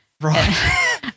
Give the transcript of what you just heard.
Right